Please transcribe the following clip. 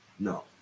No